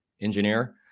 engineer